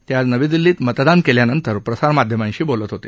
ते आज नवी दिल्लीत मतदान केल्यानंतर प्रसार माध्यमांशी बोलत होते